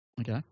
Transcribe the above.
Okay